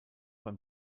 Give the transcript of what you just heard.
beim